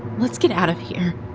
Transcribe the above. let's get out of here.